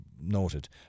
noted